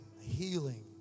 healing